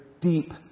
deep